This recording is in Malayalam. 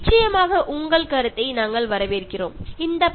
നിങ്ങൾക്ക് നിങ്ങളുടെ ഫീഡ്ബാക്ക് നൽകാവുന്നതാണ്